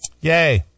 Yay